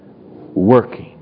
Working